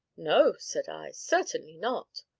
no, said i certainly not!